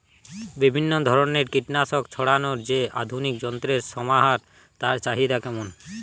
বিভিন্ন ধরনের কীটনাশক ছড়ানোর যে আধুনিক যন্ত্রের সমাহার তার চাহিদা কেমন?